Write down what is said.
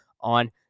on